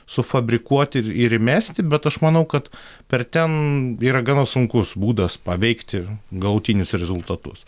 sufabrikuoti ir ir įmesti bet aš manau kad per ten yra gana sunkus būdas paveikti galutinius rezultatus